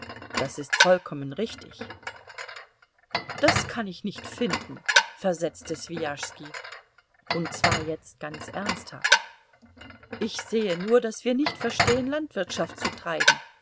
das ist vollkommen richtig das kann ich nicht finden versetzte swijaschski und zwar jetzt ganz ernsthaft ich sehe nur daß wir nicht verstehen landwirtschaft zu treiben